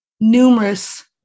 numerous